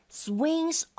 swings